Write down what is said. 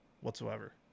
whatsoever